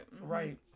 right